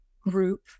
group